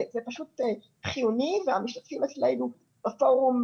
זה פשוט חיוני והמשתתפים אצלנו בפורום,